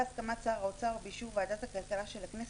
בהסכמת שר האוצר ובאישור ועדת הכלכלה של הכנסת,